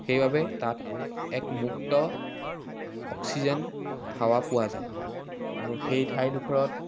সেইবাবে তাত এক মুক্ত অক্সিজেন হাৱা পোৱা যায় আৰু সেই ঠাইডোখৰত